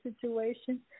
situation